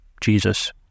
Jesus